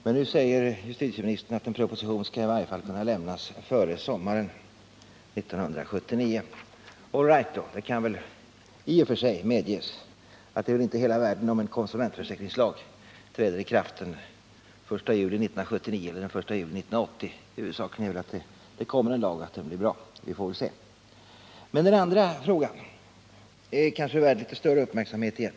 Men nu säger justitieministern att en proposition i varje fall skall lämnas före sommaren 1979. All right — det kan väl i och för sig medges att det inte är hela världen om en konsumentförsäkringslag träder i kraft den 1 juli 1979 eller den 1 juli 1980. Huvudsaken är väl att det kommer en lag, och att den blir bra. Vi får se. Men den andra frågan är kanske värd litet större uppmärksamhet.